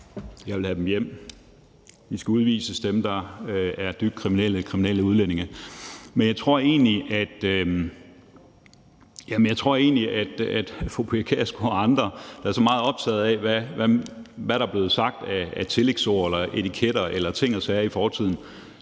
Jeg vil have dem hjem. De udlændinge, der er dybt kriminelle, skal udvises. Men jeg tror egentlig, at fru Pia Kjærsgaard og andre, der er meget optaget af, hvad der er blevet sagt af tillægsord eller etiketter eller ting og sager i fortiden,